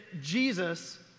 Jesus